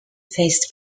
faced